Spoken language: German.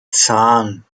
zahn